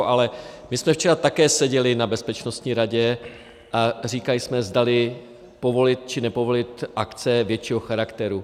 Ale my jsme včera také seděli na Bezpečnostní radě a říkali jsme, zdali povolit, či nepovolit akce většího charakteru.